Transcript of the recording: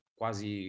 quasi